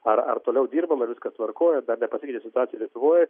ar ar toliau dirbam ir viskas tvarkoj ar dar nepasikeitė situacija lietuvoj